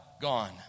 gone